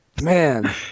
Man